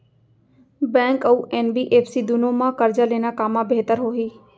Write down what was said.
Bank अऊ NBFC दूनो मा करजा लेना कामा बेहतर होही?